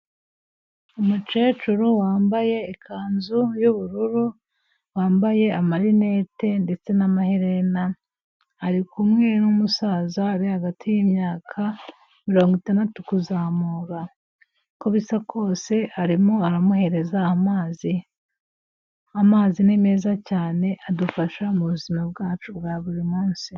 Umukecuru wambaye ikanzu y'ubururu, wambaye amarinete ndetse n'amaherena, ari kumwe n'umusaza uri hagati y'imyaka mirongo itandatu kuzamura. Uko bisa kose arimo aramuhereza amazi. Amazi ni meza cyane, adufasha mu buzima bwacu bwa buri munsi.